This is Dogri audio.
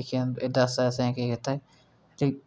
दिक्खियै एह्दे आस्तै असेंगी केह् कीता